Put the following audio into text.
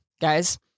guys